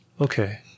Okay